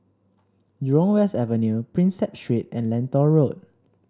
Jurong West Avenue Prinsep Street and Lentor Road